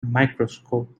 microscope